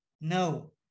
no